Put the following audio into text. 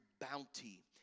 bounty